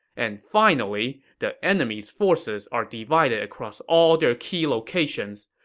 and finally, the enemy's forces are divided across all their key locations.